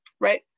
Right